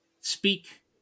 speak